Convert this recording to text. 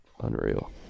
unreal